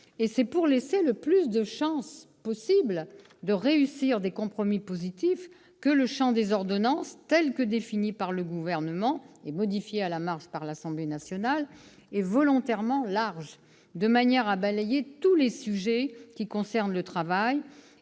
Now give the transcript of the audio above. C'est pour laisser le maximum de chances de parvenir à des compromis positifs que le champ des ordonnances, tel que défini par le Gouvernement et modifié à la marge par l'Assemblée nationale, est volontairement large. Cela permet de balayer tous les sujets qui concernent le travail